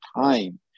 time